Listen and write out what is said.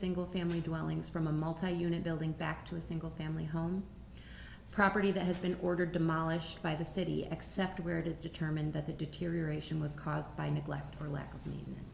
single family dwellings from a multi unit building back to a single family home property that has been ordered demolished by the city except where it is determined that the deterioration was caused by